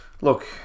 look